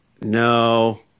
No